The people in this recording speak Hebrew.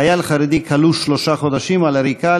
חייל חרדי כלוא שלושה חודשים על עריקה,